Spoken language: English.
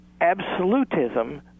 absolutism